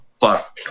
Fuck